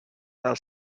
dels